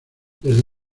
desde